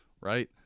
right